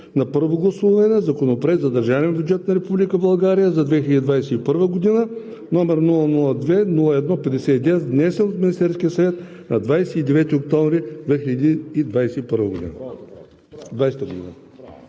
на първо гласуване Законопроект за държавния бюджет на Република България за 2021 г., № 002-01-59, внесен от Министерския съвет на 29 октомври 2020 г.“